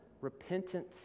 repentant